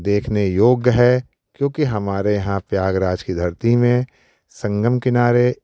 देखने योग्य है क्योंकि हमारे यहाँ प्रयागराज कि धरती में संगम किनारे